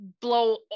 blow